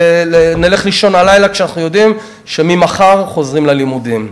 נלך לישון הלילה כשאנחנו יודעים שמחר חוזרים ללימודים.